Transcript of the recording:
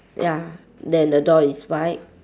ya then the door is white